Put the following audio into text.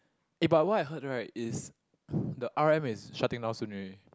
eh but what I heard right is the r_o_m is shutting down soon already